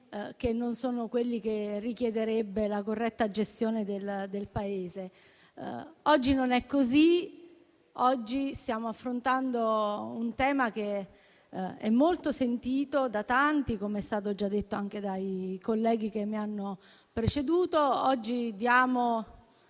che non sono quelli che la corretta gestione del Paese richiederebbe. Oggi non è così: stiamo affrontando un tema molto sentito da tanti, com'è stato già detto anche dai colleghi che mi hanno preceduto. Oggi diamo